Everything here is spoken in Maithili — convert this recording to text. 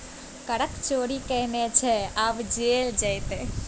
करक चोरि केने छलय आब जेल जेताह